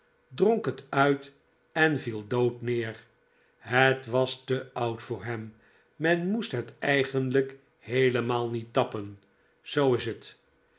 dronk het uit en viel dood neer het was te oud voor hem men moest het eigenlijk heelemaal niet tappen zoo is het